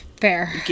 Fair